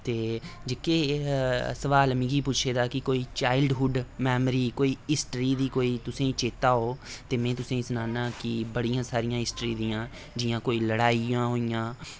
ते जेह्के सुआल मिकी पुच्छे दा कि कोई चाइल्डहुड मैमरी कोई हिस्ट्री दी कोई तुसें ई चेत्ता ऐ ते में तुसें ई सनान्ना कि बड़ियां सारियां हिस्ट्री दियां जि'यां कोई लड़ाइयां होई गेइयां